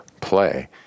play